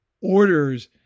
orders